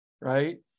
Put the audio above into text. right